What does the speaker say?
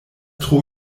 tro